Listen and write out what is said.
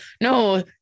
no